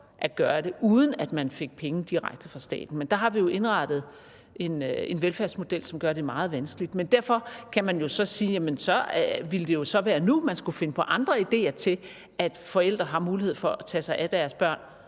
at gøre det, uden at man fik penge direkte fra staten. Men der har vi jo indrettet en velfærdsmodel, som gør det meget vanskeligt. Men derfor kan man så sige, at så ville det jo være nu, at man skulle finde på andre ideer til, at forældre har mulighed for at tage sig af deres børn